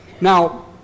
Now